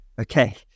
okay